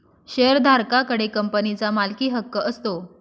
शेअरधारका कडे कंपनीचा मालकीहक्क असतो